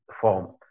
form